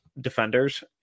defenders